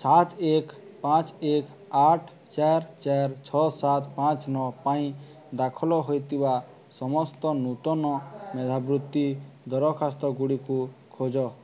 ସାତ ଏକ ପାଞ୍ଚ ଏକ ଆଠ ଚାରି ଚାରି ଛଅ ସାତ ପାଞ୍ଚ ନଅ ପାଇଁ ଦାଖଲ ହୋଇଥିବା ସମସ୍ତ ନୂତନ ମେଧାବୃତ୍ତି ଦରଖାସ୍ତଗୁଡ଼ିକୁ ଖୋଜ